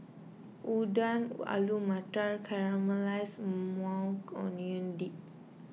Oden Alu Matar Caramelized Maui Onion Dip